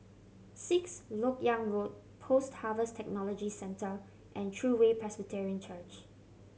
Sixth Lok Yang Road Post Harvest Technology Centre and True Way Presbyterian Church